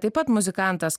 taip pat muzikantas